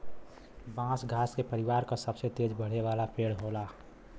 बांस घास के परिवार क सबसे तेज बढ़े वाला पेड़ होला